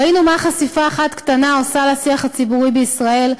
ראינו מה חשיפה אחת קטנה עושה לשיח הציבורי בישראל,